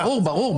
ברור.